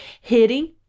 hitting